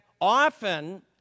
often